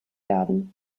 werden